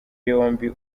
yombi